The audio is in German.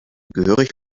gehörig